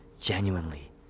genuinely